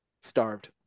starved